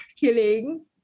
killing